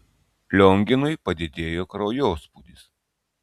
lionginui padidėjo kraujospūdis